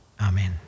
Amen